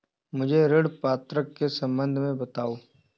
मुझे ऋण पात्रता के सम्बन्ध में बताओ?